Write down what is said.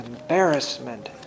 embarrassment